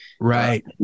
right